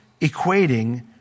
equating